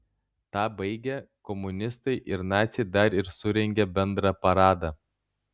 tą baigę komunistai ir naciai dar ir surengė bendrą paradą